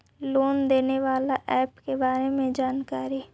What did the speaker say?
Loan देने बाला app के बारे मे जानकारी?